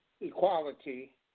equality